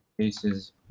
Cases